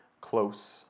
close